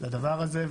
לדבר הזה,